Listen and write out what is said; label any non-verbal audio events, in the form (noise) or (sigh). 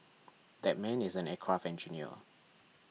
(noise) that man is an aircraft engineer